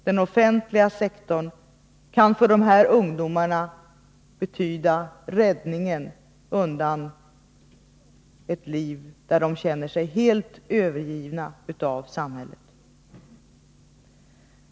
Den offentliga sektorn kan för de här ungdomarna betyda räddningen undan ett liv där de känner sig helt övergivna av samhället.